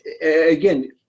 again